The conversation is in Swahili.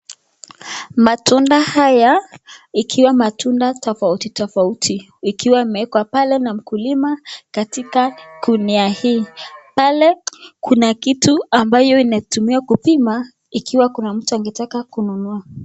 Matunda haya ikiwa matunda tofauti tofauti ,ikiwa imeekwa pale na mkulima katika gunia hii. Pale kuna kitu ambayo inatumika kupima ikiwa kuna mtu anataka kununua.